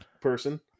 person